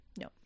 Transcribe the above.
No